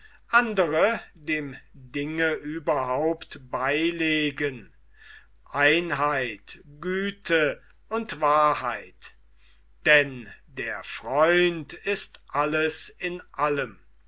andre dem dinge überhaupt beilegen einheit güte und wahrheit quodlibet ens est unum verum bonum satz aus der scholastischen philosophie denn der freund ist alles in allem